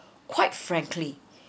quite frankly